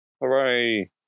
Hooray